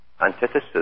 antithesis